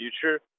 future